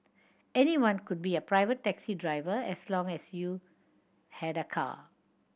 anyone could be a pirate taxi driver as long as you had a car